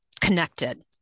connected